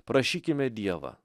prašykime dievą